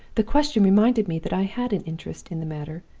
the question reminded me that i had an interest in the matter,